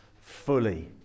fully